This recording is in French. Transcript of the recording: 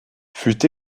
fut